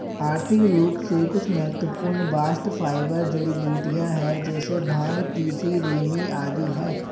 आर्थिक रूप से कुछ महत्वपूर्ण बास्ट फाइबर जड़ीबूटियां है जैसे भांग, तिसी, रेमी आदि है